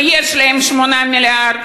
ויש להם 8 מיליארד,